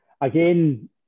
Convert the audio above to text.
again